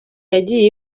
yagiye